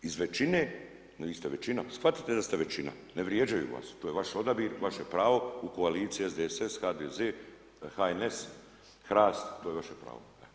Iz većine, … većina, shvatite da ste većina ne vrijeđaju vas, to je vaš odabir, vaše pravo u koaliciji SDSS, HDZ, HNS, HRAST to je vaše pravo.